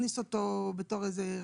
להכניס אותו בתור רכיב.